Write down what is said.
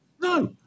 no